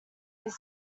his